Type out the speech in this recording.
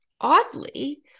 Oddly